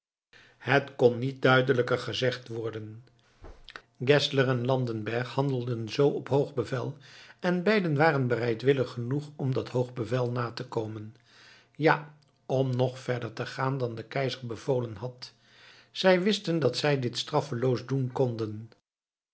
het kon niet duidelijker gezegd worden geszler en landenberg handelden zoo op hoog bevel en beiden waren bereidwillig genoeg om dat hoog bevel na te komen ja om nog verder te gaan dan de keizer bevolen had zij wisten dat zij dit straffeloos doen konden